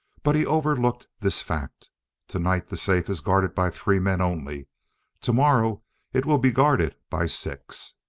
but he overlooked this fact tonight the safe is guarded by three men only tomorrow it will be guarded by six.